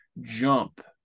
jump